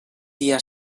dia